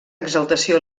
exaltació